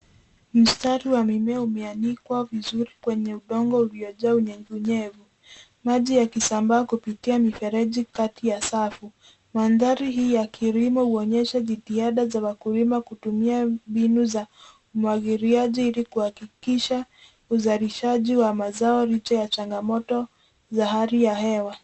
Mstari wa mimea umeanikwa vizuri kwenye udongo uliojaa unyevunyevu maji yakisambaa kupitia mifereji kati ya safu. Mandhari hii ya kilimo huonyesha jitihada za wakulima kutumia mbinu za umwagiliaji ili kuhakikisha uzalishaji wa mazao licha ya changamoto za hali ya hewa.